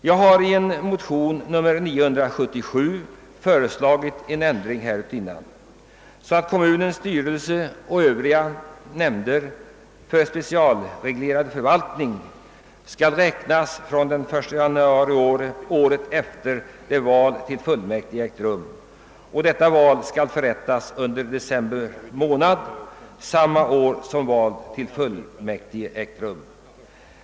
Jag har i motion nr 977 föreslagit en ändring härutinnan så att mandatperioden för ledamöter av kommunens styrelse och i nämnder för specialreglerad förvaltning skall räknas från den 1 januari året efter det val till fullmäktige ägt rum och att detta val skall förrättas under december månad samma år som val till fullmäktige ägt rum.